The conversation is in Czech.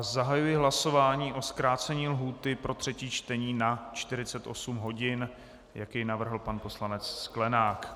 Zahajuji hlasování o zkrácení lhůty pro třetí čtení na 48 hodin, jak jej navrhl pan poslanec Sklenák.